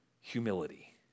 humility